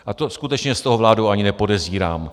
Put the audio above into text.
A skutečně z toho vládu ani nepodezírám.